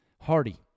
Hardy